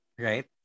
Right